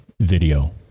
video